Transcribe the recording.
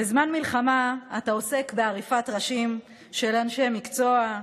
בזמן מלחמה אתה עוסק בעריפת ראשים של אנשי מקצוע,